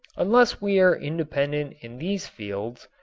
unless we are independent in these fields,